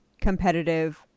competitive